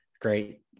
great